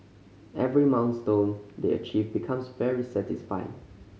every milestone they achieve becomes very satisfying